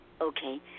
Okay